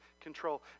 control